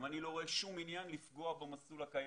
אני לא רואה שום עניין לפגוע במסלול הקיים.